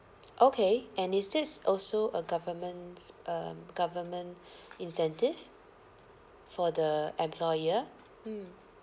okay and is this also a government's um government incentive for the employer mm